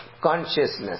consciousness